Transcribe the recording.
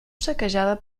saquejada